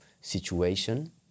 situation